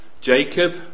Jacob